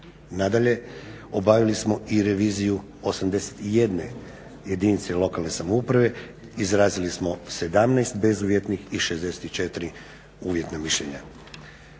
Nadalje, obavili smo i reviziju 81 jedinice lokalne samouprave, izrazili smo 17 bezuvjetnih i 64 uvjetna mišljenja.